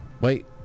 Wait